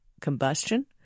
combustion